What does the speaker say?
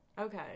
Okay